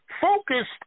focused